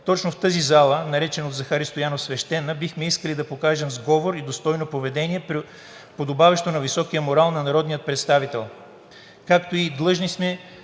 точно в тази зала, наречена от Захари Стоянов свещена: „бихме искали да покажем сговор и достойно поведение, подобаващо на високия морал на народния представител“,